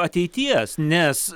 ateities nes